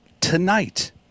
tonight